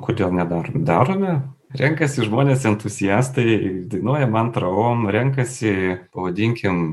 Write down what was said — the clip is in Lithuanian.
kodėl nedarom darome renkasi žmonės entuziastai dainuoja mantrą om renkasi pavadinkim